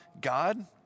God